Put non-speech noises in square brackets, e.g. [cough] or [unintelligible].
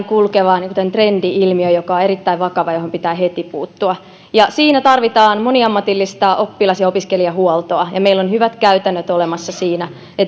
[unintelligible] kulkeva trendi ilmiö joka on erittäin vakava ja johon pitää heti puuttua siinä tarvitaan moniammatillista oppilas ja opiskelijahuoltoa meillä on hyvät käytännöt olemassa siinä